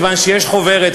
מכיוון שיש חוברת,